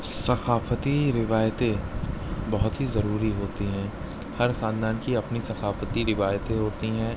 ثقافتی روایتیں بہت ہی ضروری ہوتی ہیں ہر خاندان کی اپنی ثقافتی روایتیں ہوتی ہیں